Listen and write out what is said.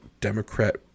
Democrat